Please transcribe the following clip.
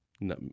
No